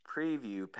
preview